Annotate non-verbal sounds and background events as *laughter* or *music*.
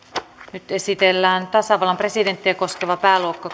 nyt esitellään tasavallan presidenttiä koskeva pääluokka *unintelligible*